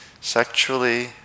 sexually